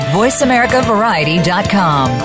voiceamericavariety.com